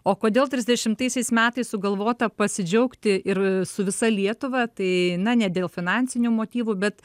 o kodėl trisdešimtaisiais metais sugalvota pasidžiaugti ir su visa lietuva tai na ne dėl finansinių motyvų bet